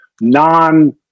non